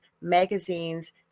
magazines